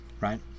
Right